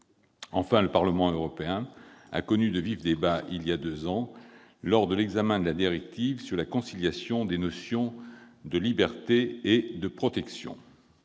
Enfin, le Parlement européen a connu de vifs débats, il y a deux ans, lors de l'examen de la directive sur la conciliation des notions de liberté et de protection.